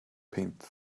painted